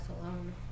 alone